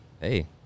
Hey